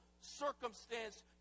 circumstance